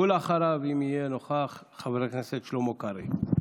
אחריו, אם יהיה נוכח, חבר הכנסת שלמה קרעי.